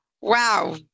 Wow